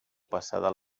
passada